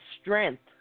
strength